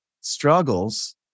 struggles